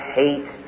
hate